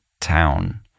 town